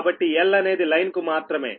కాబట్టి 'L' అనేది line కు మాత్రమే